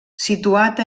situat